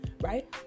right